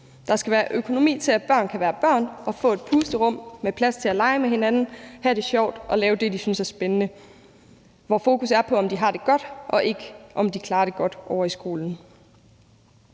Der skal være økonomi til, at børn kan være børn og få et pusterum med plads til at lege med hinanden, have det sjovt og lave det, de synes er spændende, hvor fokus er på, om de har det godt, og ikke på, om de klarer godt ovre i skolen.